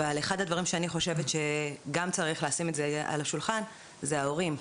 אבל אחד הדברים שצריך לשים על השולחן זה ההורים.